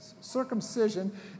circumcision